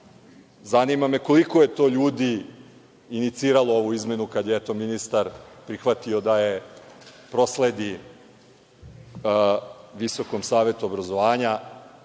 Zanima me koliko je to ljudi iniciralo ovu izmenu kada je ministar prihvatio da je prosledi Visokom savetu obrazovanja,